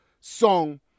song